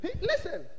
Listen